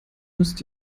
müsst